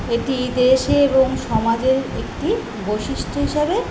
এটি দেশে এবং সমাজের একটি বৈশিষ্ট্য হিসাবে